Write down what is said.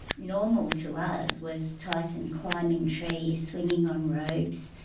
normal to us was tyson climbing trees, swinging on ropes,